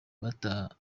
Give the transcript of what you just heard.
batangiye